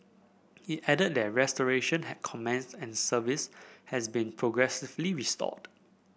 it added that restoration had commenced and service has been progressively restored